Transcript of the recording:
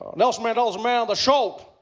nelson madela's a man that showed